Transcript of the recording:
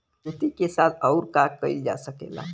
खेती के साथ अउर का कइल जा सकेला?